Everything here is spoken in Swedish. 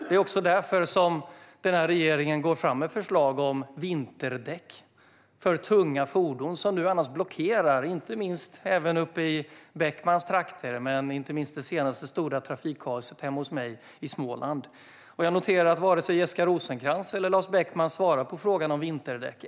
Det är också därför som denna regering går fram med ett förslag om vinterdäck för tunga fordon, som nu annars blockerar. Jag tänker inte minst på Beckmans trakter och inte minst på det senaste stora trafikkaoset hemma hos mig i Småland. Jag noterar att varken Jessica Rosencrantz eller Lars Beckman svarar på frågan om vinterdäck.